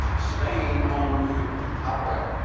spain owned cuba outright.